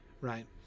right